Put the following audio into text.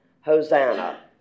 Hosanna